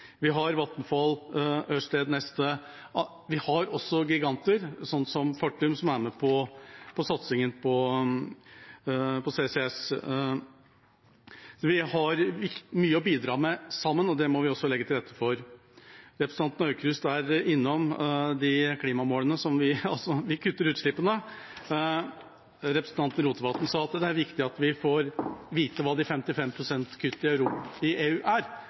Vi har Vattenfall, Ørsted og Neste. Vi har også giganter, som Fortum, som er med på satsingen på CCS. Vi har mye å bidra med sammen, og det må vi også legge til rette for. Representanten Aukrust var innom klimamålene – vi kutter altså utslippene. Statsråd Rotevatn sa det er viktig at vi får vite hva de 55 pst. kuttene i EU er,